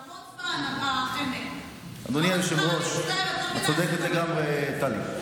זה המון זמן, החנק, את צודקת לגמרי, טלי.